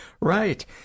right